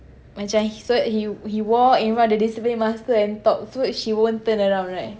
macam so he he walked in front of the discipline master and talk so she won't turn around right